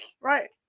Right